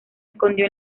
escondió